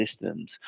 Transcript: systems